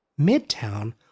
Midtown